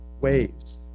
waves